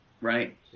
right